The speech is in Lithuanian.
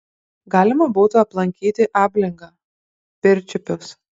galima būtų aplankyti ablingą pirčiupius